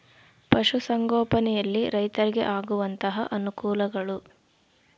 ಪಶುಸಂಗೋಪನೆಯಲ್ಲಿ ರೈತರಿಗೆ ಆಗುವಂತಹ ಅನುಕೂಲಗಳು?